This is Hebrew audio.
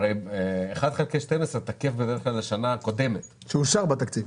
הרי 1 חלקי 12 תקף בדרך כלל לשנה הקודמת שאושר בתקציב,